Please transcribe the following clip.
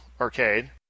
Arcade